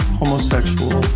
homosexual